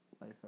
life